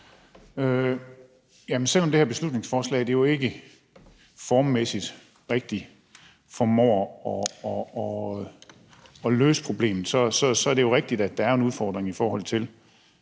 Selv om det her beslutningsforslag ikke formmæssigt rigtig formår at løse problemet, er det jo rigtigt, at der er en udfordring, i forhold til